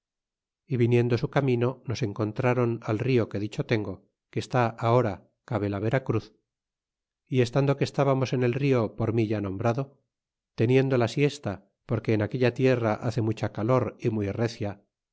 é viniendo su camino nos encontraron al rio que dicho tengo que está ahora cabe la vera cruz y estando que estábamos en el rio por mi ya nombrado teniendo la siesta porque en aquella tierra hace mucha calor y muy recia